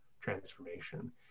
transformation